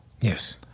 yes